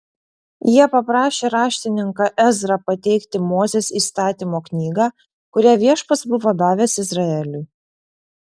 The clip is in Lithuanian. jie paprašė raštininką ezrą pateikti mozės įstatymo knygą kurią viešpats buvo davęs izraeliui